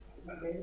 האזרחית,